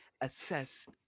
assessed